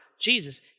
Jesus